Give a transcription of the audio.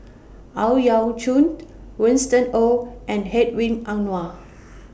Ang Yau Choon Winston Oh and Hedwig Anuar